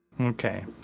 Okay